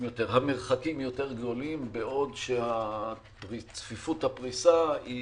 המרחקים יותר גדולים בעוד שצפיפות הפריסה היא